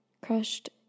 crushed